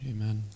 Amen